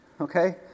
okay